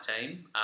team